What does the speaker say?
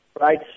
right